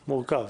מורכב.